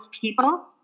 people